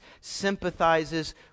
sympathizes